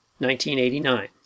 1989